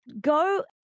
Go